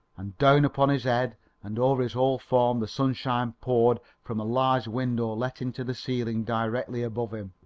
and down upon his head and over his whole form the sunshine poured from a large window let into the ceiling directly above him,